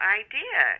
idea